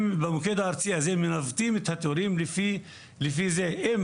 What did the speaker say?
במוקד הארצי הם מנווטים את התורים לפי זה שאם